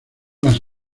las